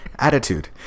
attitude